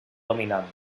dominant